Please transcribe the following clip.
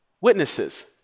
witnesses